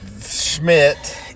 Schmidt